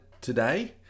today